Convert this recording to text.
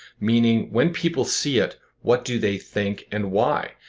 meaning when people see it, what do they think and why?